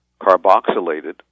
carboxylated